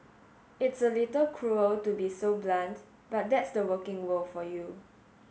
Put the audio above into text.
it's a little cruel to be so blunt but that's the working world for you